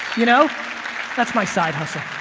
you know that's my side hustle,